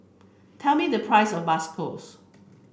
tell me the price of Bakso